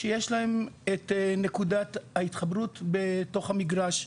שיש להם את נקודת ההתחברות בתוך המגרש,